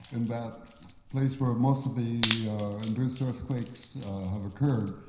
in that place where most of the induced earthquakes have occurred,